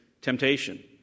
temptation